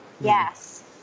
Yes